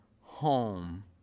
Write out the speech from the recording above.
home